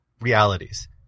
realities